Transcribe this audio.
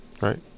right